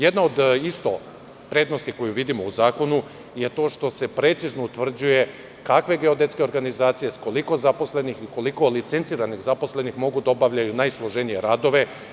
Jedna od vrednosti koju vidimo u zakonu je to što se precizno utvrđuje kakve geodetske organizacije, sa koliko zaposlenih i koliko licenciranih zaposlenih mogu da obavljaju najsloženije radove.